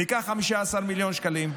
ניקח 15 מיליון שקלים,